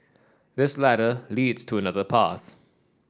this ladder leads to another path